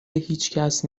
هیچکس